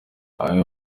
amwe